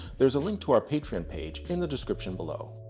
there is a link to our patreon page in the description below.